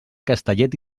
castellet